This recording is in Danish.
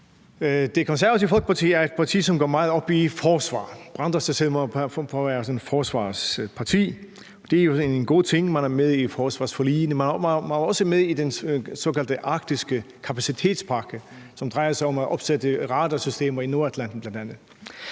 Det Konservative Folkeparti er et parti, som går meget op i forsvar, og som brander sig selv på at være sådan et forsvarsparti. Det er jo en god ting. Man er med i forsvarsforligene. Man var også med i den såkaldte arktiske kapacitetspakke, som drejer sig om at opsætte radarsystemer i bl.a. Nordatlanten. Men når